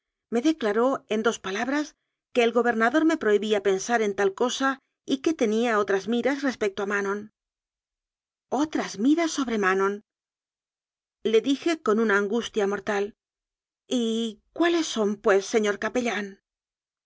me declaró en dos palabras que el gobernador me prohibía pensar en tal cosa y que tenía otras miras respecto a manon otras miras sobre manon le dije con una angustia mortal y cuáles son pues señor capellán